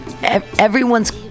Everyone's